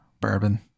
Bourbon